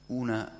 una